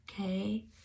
okay